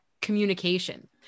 communication